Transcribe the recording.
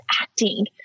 acting